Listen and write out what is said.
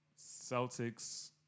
Celtics